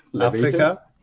Africa